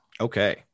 Okay